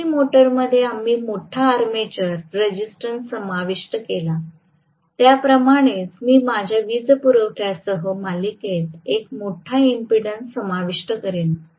DC मोटरमध्ये आम्ही मोठा आर्मेचर रेझिस्टन्स समाविष्ट केला त्या प्रमाणेच मी माझ्या वीजपुरवठ्यासह मालिकेत एक मोठा इम्पेडन्स समाविष्ट करीन